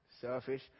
Selfish